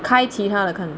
开其他的看